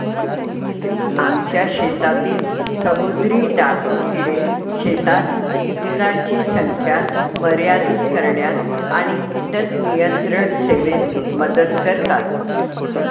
आमच्या शेतातील समुद्री डाकू किडे शेतात कीटकांची संख्या मर्यादित करण्यात आणि कीटक नियंत्रण सेवेत मदत करतात